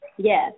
Yes